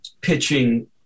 pitching